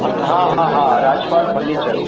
हा हा हा हा राजपाल फर्निचर